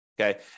Okay